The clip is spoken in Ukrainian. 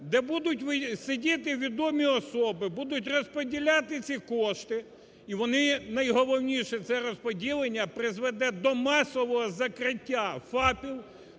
де будуть сидіти відомі особи, будуть розподіляти ці кошти і вони, найголовніше, це розподілення призведе до масового закриття ФАПів,